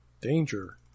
Danger